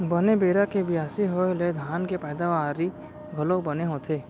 बने बेरा के बियासी होय ले धान के पैदावारी घलौ बने होथे